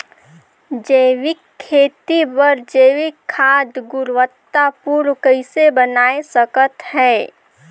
जैविक खेती बर जैविक खाद गुणवत्ता पूर्ण कइसे बनाय सकत हैं?